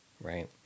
right